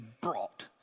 brought